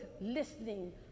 listening